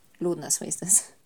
liūdnas vaizdas